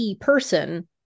person